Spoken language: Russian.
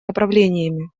направлениями